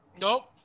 Nope